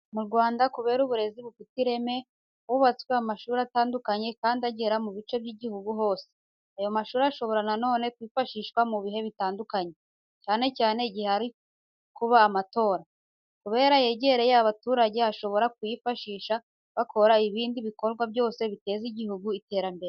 Mu Rwanda kubera uburezi bufite ireme, hubatswe amashuri atandukanye kandi agera mu bice by'igihugu hose. Ayo mashuri ashobora na none kwifashishwa mu bihe bitandukanye, cyane cyane mu igihe hari kuba amatora. Kubera yegereye abaturage bashobora kuyifashisha bakora ibindi bikorwa byose biteza igihugu mu iterambere.